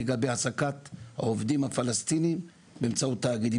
לגבי העסקת עובדים פלסטינים באמצעות תאגידים,